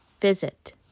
Visit